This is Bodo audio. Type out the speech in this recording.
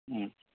उम